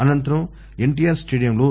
అనంతరం ఎన్టీఆర్ స్టేడియమ్ లో